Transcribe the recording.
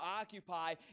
occupy